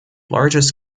largest